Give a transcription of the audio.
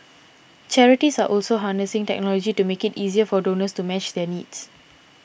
charities are also harnessing technology to make it easier for donors to match their needs